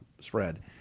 spread